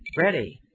ready